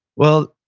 well,